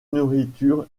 nourriture